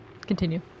Continue